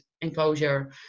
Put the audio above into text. enclosure